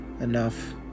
Enough